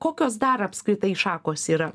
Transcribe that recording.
kokios dar apskritai šakos yra